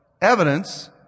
Evidence